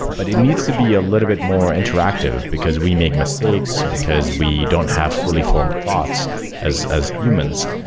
but it needs to be a little bit more interactive, because we make mistakes, because we don't have fully formed thoughts as as humans.